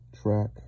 track